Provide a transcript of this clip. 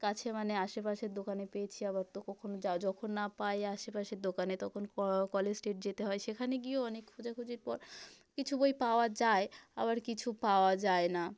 কাছে মানে আশেপাশের দোকানে পেয়েছি আবার তো কখনও যা যখন না পাই আশেপাশের দোকানে তখন ক কলেজ স্ট্রীট যেতে হয় সেখানে গিয়েও অনেক খোঁজাখুঁজির পর কিছু বই পাওয়া যায় আবার কিছু পাওয়া যায় না